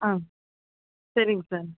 ஆ சரிங்க சார்